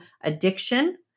addiction